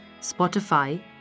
Spotify